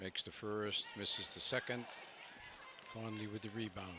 makes the first misses the second on the with the rebound